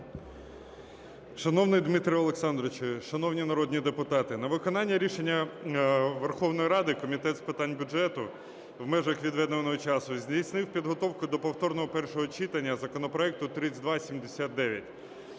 Шановний Дмитро Олександрович, шановні народні депутати, на виконання рішення Верховної Ради Комітет з питань бюджету в межах відведеного часу здійснив підготовку до повторного першого читання законопроекту 3279.